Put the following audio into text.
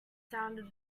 sounded